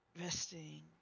resting